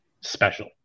Special